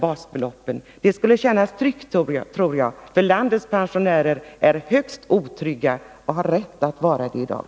Jag tror att det skulle kännas tryggt, för landets pensionärer är högst otrygga och har anledning att vara det i dag.